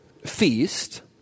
feast